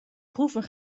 proeven